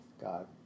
God